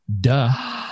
Duh